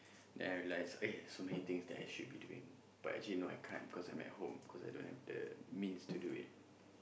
then I realise eh so many things that I should be doing but actually no I can't cause I'm at home cause I don't have the means to do it